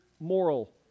moral